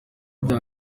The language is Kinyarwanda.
byaba